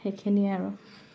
সেইখিনিয়ে আৰু